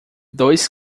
dois